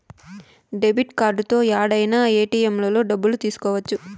debit కార్డుతో యాడైనా ఏటిఎంలలో డబ్బులు తీసుకోవచ్చు